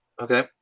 Okay